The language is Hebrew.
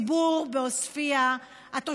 הציבור בעוספיא, התושבים,